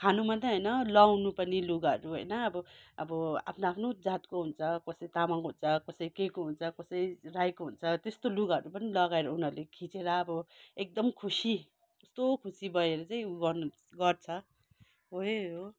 खानु मात्रै होइन लगाउनु पनि लुगाहरू होइन अब अब आफ्नो आफ्नो जातको हुन्छ कसै तामाङको हुन्छ कसै के को हुन्छ कसै राईको हुन्छ त्यस्तो लुगाहरू पनि लगाएर उनीहरूले खिँचेर अब एकदम खुसी कस्तो खुसी भएर चाहिँ गर्नु गर्छ हो यही हो